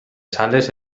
sales